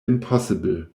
impossible